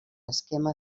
esquema